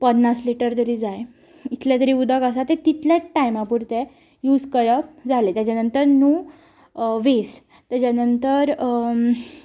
पन्नास लीटर तरी जाय इतलें तरी उद आसा तें तितलेंत टायमा पुरतें यूज करप जालें तेच्या नंतर ना ना वेस्ट तेच्या नंतर